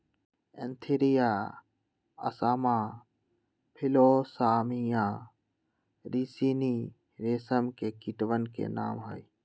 Antheraea असामा फिलोसामिया रिसिनी रेशम के कीटवन के नाम हई